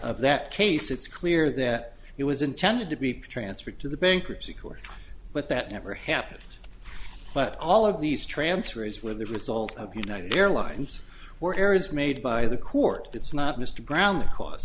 of that case it's clear that it was intended to be transferred to the bankruptcy court but that never happened but all of these transfers were the result of united airlines where errors made by the court it's not mr ground that c